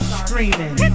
screaming